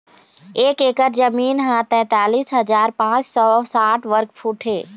एक एकर जमीन ह तैंतालिस हजार पांच सौ साठ वर्ग फुट हे